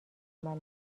عمل